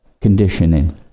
conditioning